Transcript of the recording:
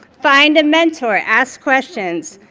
find a mentor, ask questions.